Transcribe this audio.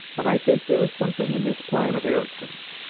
but i think there is something in this plan of ericsson's.